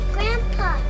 Grandpa